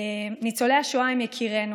ניצולי השואה הם יקירנו.